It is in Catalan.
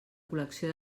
col·lecció